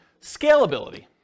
Scalability